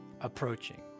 approaching